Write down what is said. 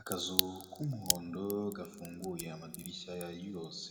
Akazu k'umuhondo gafunguye amadirishya yose,